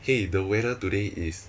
!hey! the weather today is